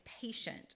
patient